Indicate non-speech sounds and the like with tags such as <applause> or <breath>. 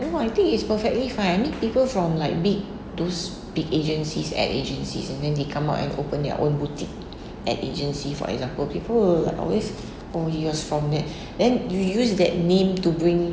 no I think is perfectly fine I mean people from like big those big agencies ad agencies and then they come out and open their own boutique ad agency for example people will always <breath> oh he was from there <breath> then you use that name to bring